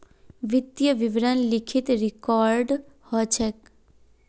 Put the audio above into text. वित्तीय विवरण लिखित रिकॉर्ड ह छेक